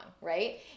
right